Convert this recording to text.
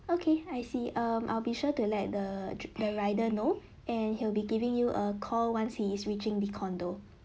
okay I see um I'll be sure to let the the rider know and he'll be giving you a call once he is reaching the condo